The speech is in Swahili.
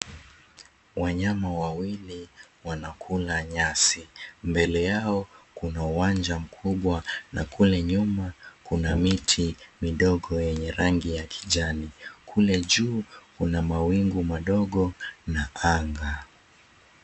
Wanyama wawili wanakula nyasi. Mbele yao kuna uwanja mkubwa na kule nyuma kuna miti midogo yenye rangi ya kijani. Kule juu kuna mawingu madogo na anga.